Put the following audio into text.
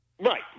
Right